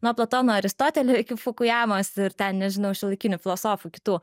nuo platono aristotelio iki fukujamos ir ten nežinau šiuolaikinių filosofų kitų